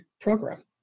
program